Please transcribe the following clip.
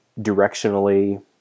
directionally